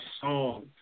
song